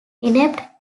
inept